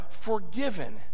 forgiven